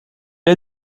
est